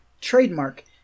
trademark